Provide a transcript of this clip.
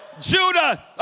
Judah